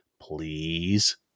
please